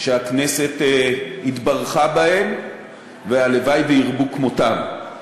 שהכנסת התברכה בהם והלוואי שירבו כמותם.